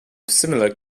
similar